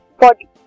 body